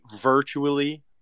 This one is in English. virtually